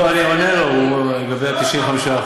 לא, אני עונה לו לגבי ה-95%.